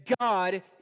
God